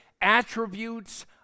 attributes